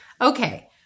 okay